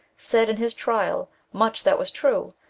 said in his trial much that was true,